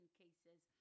cases